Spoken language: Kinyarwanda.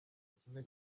kimwe